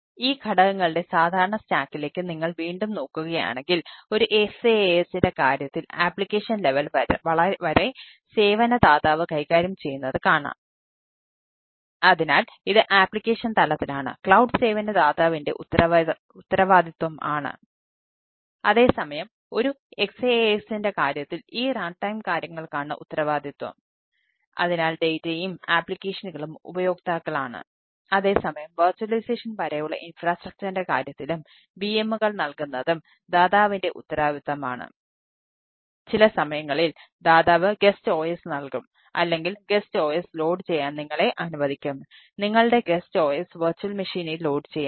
അതിനാൽ ഈ ഘടകങ്ങളുടെ സാധാരണ സ്റ്റാക്കിലേക്ക് ചെയ്യാം